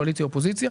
קואליציה אופוזיציה.